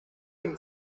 ким